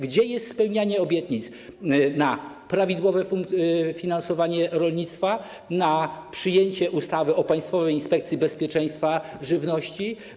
Gdzie jest spełnianie obietnic co do prawidłowego finansowania rolnictwa, co do przyjęcia ustawy o Państwowej Inspekcji Bezpieczeństwa Żywności?